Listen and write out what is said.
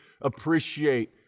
appreciate